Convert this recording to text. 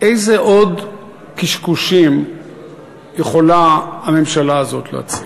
איזה עוד קשקושים יכולה הממשלה הזאת להציע?